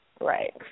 Right